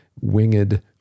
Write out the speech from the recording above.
winged